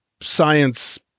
science